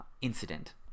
incident